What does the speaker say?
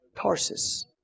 Tarsus